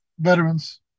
Veterans